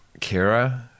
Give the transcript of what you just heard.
Kira